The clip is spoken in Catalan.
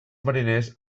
mariners